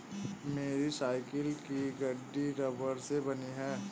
मेरी साइकिल की गद्दी रबड़ से बनी है